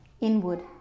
Inward